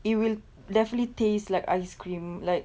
it will definitely taste like ice cream like